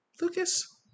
Lucas